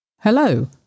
Hello